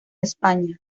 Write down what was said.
españa